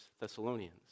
Thessalonians